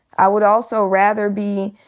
i would also rather be,